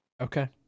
Okay